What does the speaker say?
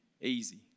easy